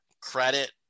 credit